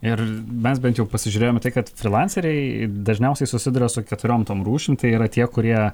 ir mes bent jau pasižiūrėjome kad frylanceriai dažniausiai susiduria su keturiom tom rūšim tai yra tie kurie